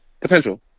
potential